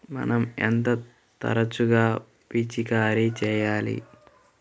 మనం ఎంత తరచుగా పిచికారీ చేయాలి?